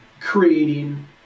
creating